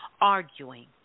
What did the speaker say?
arguing